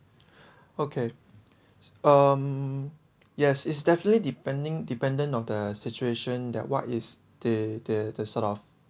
okay um yes it's definitely depending dependent of the situation that what is the the the sort of